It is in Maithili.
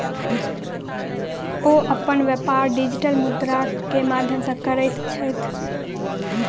ओ अपन व्यापार डिजिटल मुद्रा के माध्यम सॅ करैत छथि